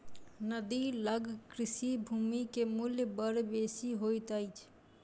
नदी लग कृषि भूमि के मूल्य बड़ बेसी होइत अछि